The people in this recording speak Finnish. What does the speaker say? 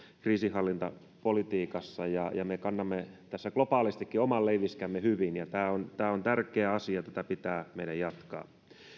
kriisinhallintapolitiikassa ja ja kannamme tässä globaalistikin oman leiviskämme hyvin tämä on tämä on tärkeä asia tätä pitää meidän jatkaa